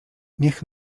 niech